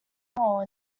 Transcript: hole